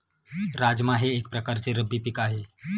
राजमा हे एक प्रकारचे रब्बी पीक आहे